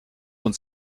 uns